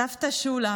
סבתא שולה